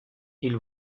ils